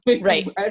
Right